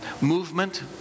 movement